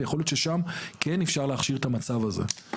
ויכול להיות ששם כן אפשר להכשיר את המצב הזה.